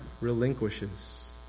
relinquishes